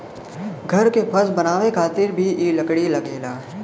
घर के फर्श बनावे खातिर भी इ लकड़ी लगेला